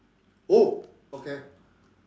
oh okay